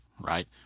Right